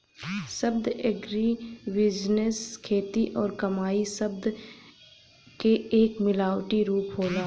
शब्द एग्रीबिजनेस खेती और कमाई शब्द क एक मिलावटी रूप होला